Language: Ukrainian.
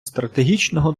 стратегічного